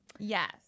Yes